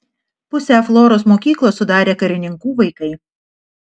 pusę floros mokyklos sudarė karininkų vaikai